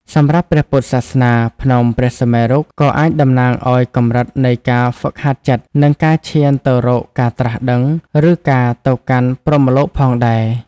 សម្រាប់ព្រះពុទ្ធសាសនា ភ្នំព្រះសុមេរុក៏អាចតំណាងឱ្យកម្រិតនៃការហ្វឹកហាត់ចិត្ត និងការឈានទៅរកការត្រាស់ដឹង ឬការទៅកាន់ព្រហ្មលោកផងដែរ។